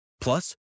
Plus